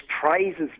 praises